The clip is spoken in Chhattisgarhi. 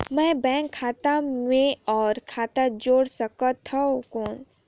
मैं बैंक खाता मे और खाता जोड़ सकथव कौन?